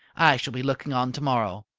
i shall be looking on tomorrow.